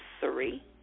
Three